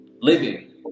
living